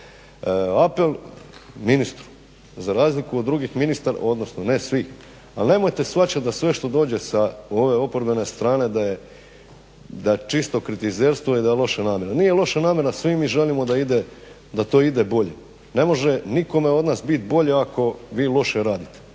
Apel ministru, za razliku od drugih ministara, odnosno ne svih, al' nemojte shvaćati da sve što dođe sa ove oporbene strane da je čisto kritizerstvo i da je loša namjera. Nije loša namjera, svi mi želimo da ide, da to ide bolje. Ne može nikome od nas biti bolje ako vi loše radite.